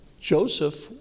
Joseph